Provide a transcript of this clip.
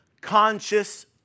Conscious